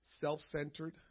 self-centered